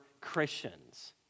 Christians